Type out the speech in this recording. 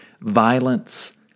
violence